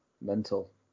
Mental